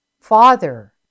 Father